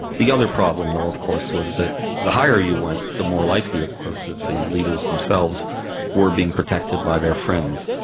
the other problem though of course was that the higher you went, the more likely it was that the leaders themselves were being protected by their friends,